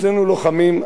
שנינו לוחמים,